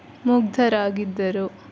ಮುಗ್ದರಾಗಿದ್ದರು